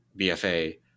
bfa